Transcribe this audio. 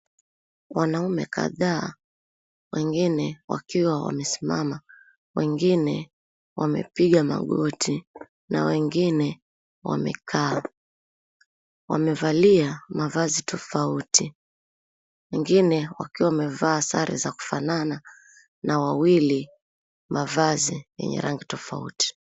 Wanaume kadhaa, wengine wakiwa wamesimama, wengine wamepiga magoti na wengine wamekaa. Wamevalia mavazi tofauti ingine wakiwa wamevaa sare za kufanana na wawili mavazi yenye rangi tofauti.